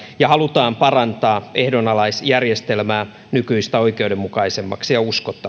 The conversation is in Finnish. ja halutaan parantaa ehdonalaisjärjestelmää nykyistä oikeudenmukaisemmaksi ja uskottavammaksi